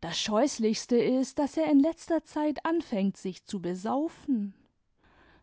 das scheußlichste ist daß er in letzter zeit anfängt sich zu besaufen